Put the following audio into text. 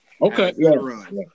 Okay